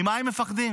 ממה הם מפחדים?